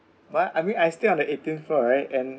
but I mean I stay on the eighteen floor right and